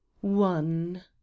One